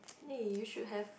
eh you should have